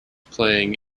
playing